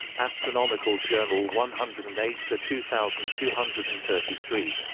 astronomical journal one hundred and eight two two thousand two hundred and thirty three.